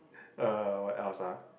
uh what else ah